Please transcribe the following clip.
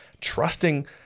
trusting